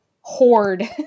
hoard